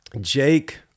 Jake